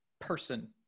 person